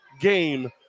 game